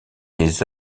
des